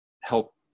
help